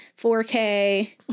4k